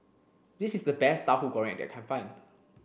this is the best tahu goreng that I can find